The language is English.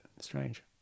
strange